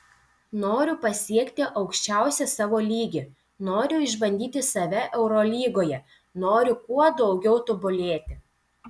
noriu pasiekti aukščiausią savo lygį noriu išbandyti save eurolygoje noriu kuo daugiau tobulėti